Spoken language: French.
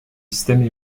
système